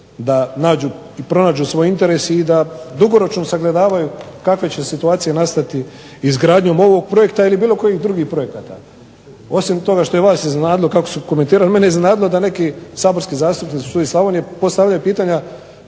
da nađu i pronađu svoj interes i da dugoročno sagledavaju kakve će situacije nastati izgradnjom ovog projekta ili bilo kojih drugih projekata. Osim toga što je vas iznenadilo kako su komentirali, mene je iznenadilo da neki saborski zastupnici iz Slavonije postavljaju pitanja